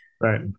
Right